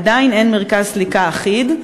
עדיין אין מרכז סליקה אחיד,